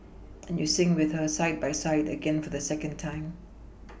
and you sing with her side by side again for the second time